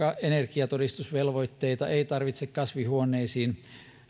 energiatodistusvelvoitteita ei tarvitse kasvihuoneisiin